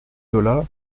zola